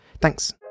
Thanks